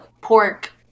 pork